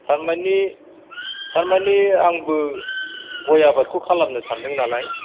थारमानि थारमानि आंबो गय आबादखौ खालामनो सानदों नालाय